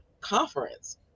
conference